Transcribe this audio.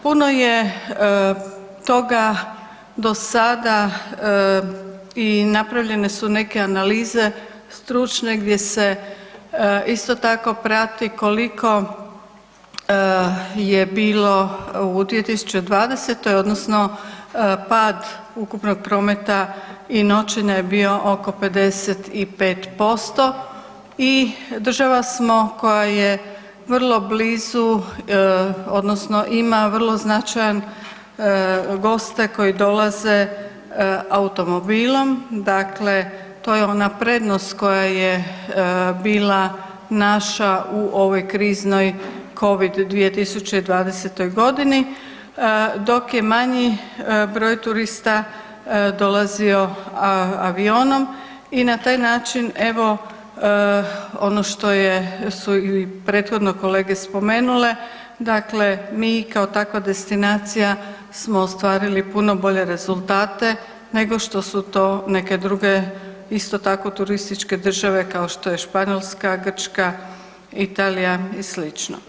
Puno je toga do sada i napravljene su neke analize stručne gdje se isto tako prati koliko je bilo u 2020. odnosno pad ukupnog prometa i noćenja je bio oko 55% i država smo koja je vrlo blizu odnosno ima vrlo značajan goste koji dolaze automobilom, dakle to je ona prednost koja je bila naša u ovoj kriznoj covid 2020.g., dok je manji broj turista dolazio avionom i na taj način evo ono što je, su i prethodno kolege spomenule, dakle mi kao takva destinacija smo ostvarili puno bolje rezultate nego što su to neke druge isto tako turističke države kao što je Španjolska, Grčka, Italija i slično.